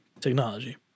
Technology